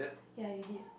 ya you did